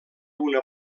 una